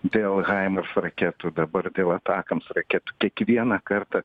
dėl haimerf raketų dabar dėl atakams raketų kiekvieną kartą